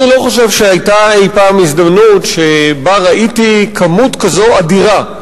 אני לא חושב שהיתה אי-פעם הזדמנות שבה ראיתי כמות כזו אדירה,